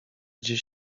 gdzie